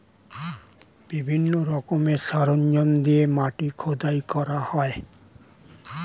বিভিন্ন রকমের সরঞ্জাম দিয়ে মাটি খোদাই করা হয়